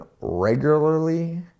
regularly